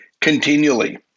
continually